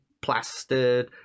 plastered